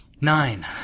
Nine